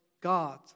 God